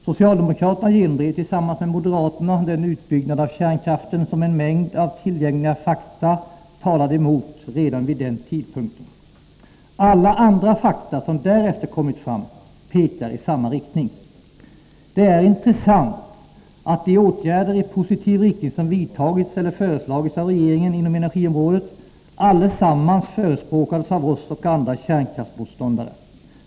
Socialdemokraterna genomdrev tillsammans med moderaterna en utbyggnad av kärnkraften som en mängd tillgängliga fakta talade emot redan vid den tidpunkten. Alla andra fakta, som därefter kommit fram, pekar i samma riktning. Det är intressant att de åtgärder i positiv riktning som vidtagits eller föreslagits av regeringen inom energiområdet allesammans förespråkades av oss och andra kärnkraftsmotståndare.